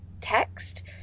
text